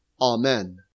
amen